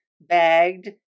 bagged